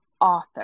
author